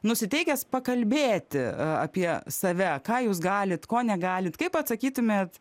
nusiteikęs pakalbėti apie save ką jūs galit ko negalit kaip atsakytumėt